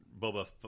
Boba